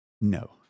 No